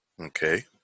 Okay